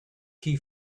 key